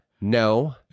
no